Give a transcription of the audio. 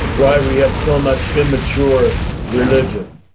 why we have so much immature religion.